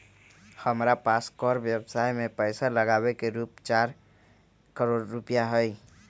हमरा पास कर व्ययवसाय में पैसा लागावे के रूप चार करोड़ रुपिया हलय